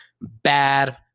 bad